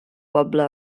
poble